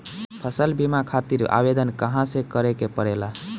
फसल बीमा करे खातिर आवेदन कहाँसे करे के पड़ेला?